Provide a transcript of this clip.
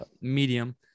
medium